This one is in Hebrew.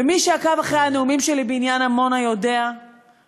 ומי שעקב אחרי הנאומים שלי בעניין עמונה יודע שאני